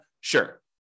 Sure